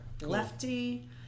Lefty